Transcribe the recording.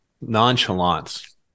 nonchalance